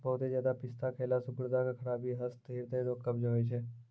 बहुते ज्यादा पिस्ता खैला से गुर्दा के खराबी, दस्त, हृदय रोग, कब्ज होय छै